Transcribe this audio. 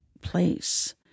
place